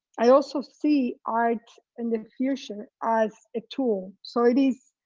i also see art in the future as a tool. so it is